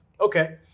Okay